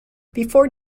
before